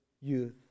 youth